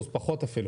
פחות אפילו,